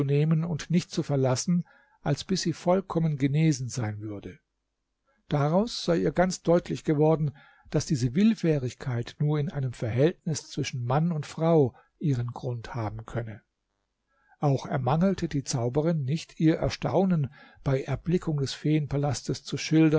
nehmen und nicht zu verlassen als bis sie vollkommen genesen sein würde daraus sei ihr ganz deutlich geworden daß diese willfährigkeit nur in einem verhältnis zwischen mann und frau ihren grund haben könne auch ermangelte die zauberin nicht ihr erstaunen bei erblickung des feenpalastes zu schildern